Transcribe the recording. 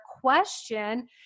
question